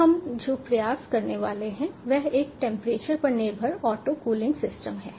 अब हम जो प्रयास करने वाले हैं वह एक टेंपरेचर पर निर्भर ऑटो कूलिंग सिस्टम है